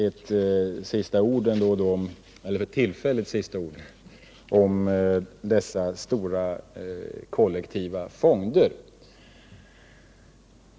Ett för tillfället sista ord om dessa stora kollektiva fonder.